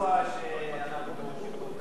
זה סעיף